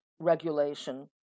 regulation